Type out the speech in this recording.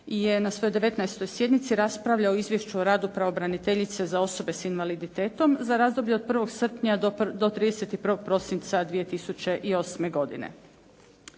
je na svojoj 19. sjednici raspravljao o izvješću o radu pravobraniteljice za osobe s invaliditetom za razdoblje od 1. srpnja do 31. prosinca 2008. godine.